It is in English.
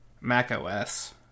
macOS